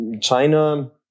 China